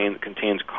contains